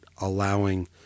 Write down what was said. allowing